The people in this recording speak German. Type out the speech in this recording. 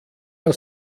aus